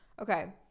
Okay